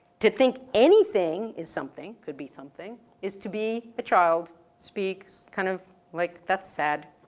to think anything is something, could be something, is to be a child, speaks, kind of like, that's sad.